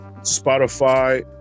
Spotify